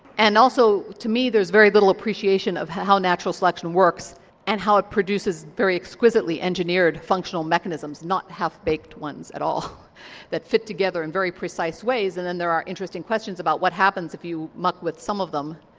and also, to me, there's very little appreciation of how natural selection works and how it produces very exquisitely engineered functional mechanisms not half-baked ones at all that fit together in and very precise ways. and then there are interesting questions about what happens if you muck with some of them,